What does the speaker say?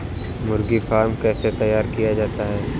मुर्गी फार्म कैसे तैयार किया जाता है?